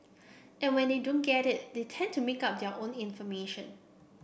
and when they don't get it they tend to make up their own information